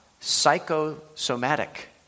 psychosomatic